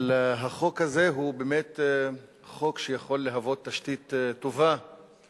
אבל החוק הזה הוא באמת חוק שיכול להיות תשתית טובה